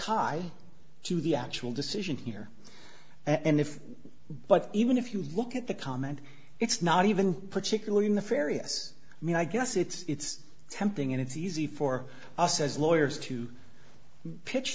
the actual decision here and if but even if you look at the comment it's not even particularly in the ferias i mean i guess it's tempting and it's easy for us as lawyers to pitch